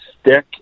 stick